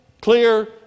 clear